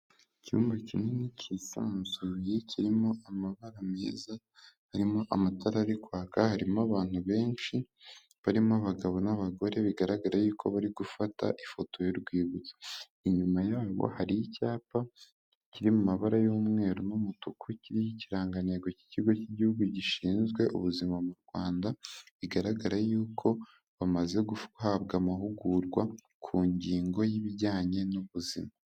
Icyumba kinini kisanzuye, kirimo amabara meza, harimo amatara ari kwaka, harimo abantu benshi, barimo abagabo n'abagore, bigaraga yuko bari gufata ifoto y'urwibutso, inyuma yabo hari icyapa kiri mu mabara y'umweru n'umutuku, kiri ikirangantego cy'ikigo cy'igihugu gishinzwe ubuzima mu Rwanda, bigaragara yuko bamaze guhabwa amahugurwa ku ngingo y'ibijyanye n'ubuzima.